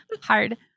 Hard